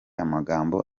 amagambo